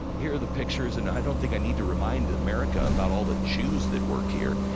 here are the pictures and i don't think i need to remind america about all the jews that work here.